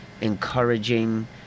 encouraging